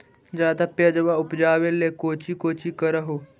ज्यादा प्यजबा उपजाबे ले कौची कौची कर हो?